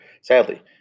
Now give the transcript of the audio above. Sadly